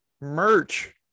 merch